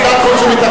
ועדת חוץ וביטחון.